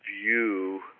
view